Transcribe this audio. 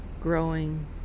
growing